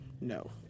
No